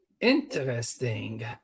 interesting